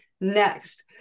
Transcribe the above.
Next